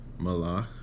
Malach